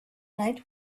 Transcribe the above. night